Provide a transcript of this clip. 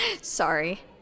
Sorry